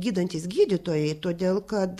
gydantys gydytojai todėl kad